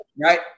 right